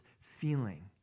feeling